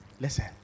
Listen